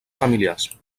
familiars